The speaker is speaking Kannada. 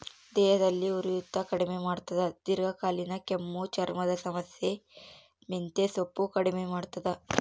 ದೇಹದಲ್ಲಿ ಉರಿಯೂತ ಕಡಿಮೆ ಮಾಡ್ತಾದ ದೀರ್ಘಕಾಲೀನ ಕೆಮ್ಮು ಚರ್ಮದ ಸಮಸ್ಯೆ ಮೆಂತೆಸೊಪ್ಪು ಕಡಿಮೆ ಮಾಡ್ತಾದ